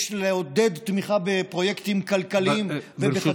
יש לעודד תמיכה בפרויקטים כלכליים ובחדשנות,